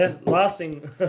Lasting